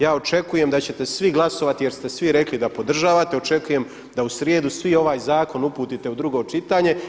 Ja očekujem da ćete svi glasovati jer ste svi rekli da podržavate, očekujem da u srijedu svi ovaj zakon uputite u drugo čitanje.